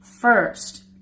first